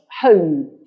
home